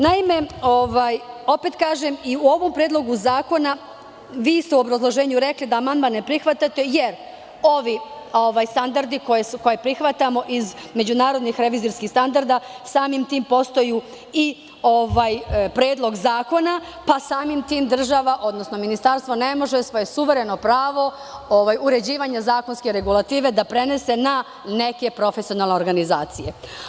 Naime, opet kažem, i u ovom predlogu zakona, vi ste u obrazloženju rekli da amandman ne prihvatate jer, ovi standardi koje prihvatamo iz međunarodnih revizorskih standarda, samim tim postaju i predlog zakona, pa samim tim država, odnosno Ministarstvo, ne može svoje suvereno pravo uređivanja zakonske regulative, da prenese na neke prefesionalne organizacije.